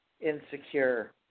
Insecure